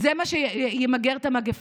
זה מה שימגר את המגפה.